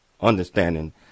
understanding